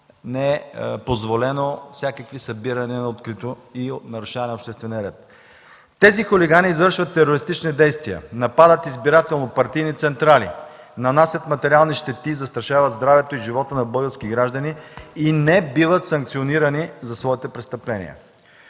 не е позволено всякакво събиране на открито и нарушаване на обществения ред. Тези хулигани извършват терористични действия – нападат избирателно партийни централи, нанасят материални щети, застрашават здравето и живота на български граждани и не биват санкционирани за своите престъпления.